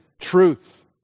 truth